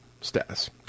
status